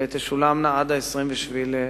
ותשולמנה עד 27 בנובמבר.